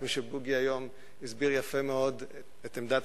כפי שבוגי היום הסביר יפה מאוד את עמדת